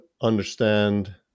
understand